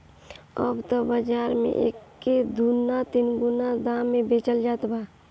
अब त बाज़ार में एके दूना तिगुना दाम पे बेचल जात बा